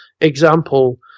example